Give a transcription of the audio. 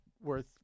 worth